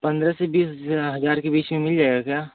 पंद्रह से बीस हज़ार के बीच में मिल जाएगा क्या